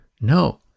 No